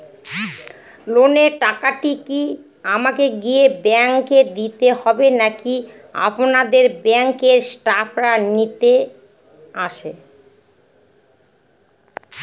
লোনের টাকাটি কি আমাকে গিয়ে ব্যাংক এ দিতে হবে নাকি আপনাদের ব্যাংক এর স্টাফরা নিতে আসে?